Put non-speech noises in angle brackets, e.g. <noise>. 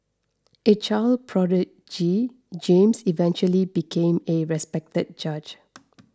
a child prodigy James eventually became a respected judge <noise>